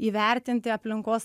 įvertinti aplinkos